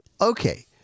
Okay